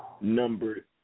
Number